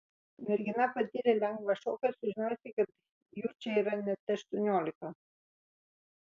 mergina patyrė lengvą šoką sužinojusi kad jų čia yra net aštuoniolika